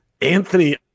Anthony